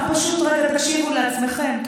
רק תקשיבו לעצמכם,